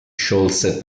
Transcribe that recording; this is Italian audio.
sciolse